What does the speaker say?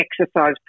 exercise